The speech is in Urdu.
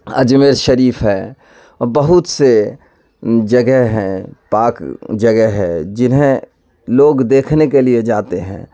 اجمیر شریف ہے اور بہت سے جگہ ہیں پاک جگہ ہے جنہیں لوگ دیکھنے کے لیے جاتے ہیں